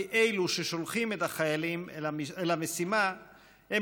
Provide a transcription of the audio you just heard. כי אלו ששולחים את החיילים אל המשימה הם